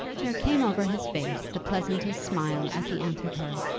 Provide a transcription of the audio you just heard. there came over his face the pleasantest smile as he answered her.